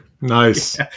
nice